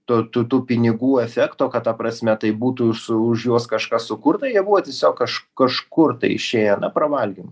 tu tu tų pinigų efekto kad ta prasme tai būtų už su už juos kažkas sukurta jie buvo tiesiog aš kažkur tai išėję na pravalgymui